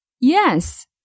Yes